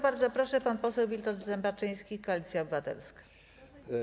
Bardzo proszę, pan poseł Witold Zembaczyński, Koalicja Obywatelska.